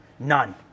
None